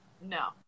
No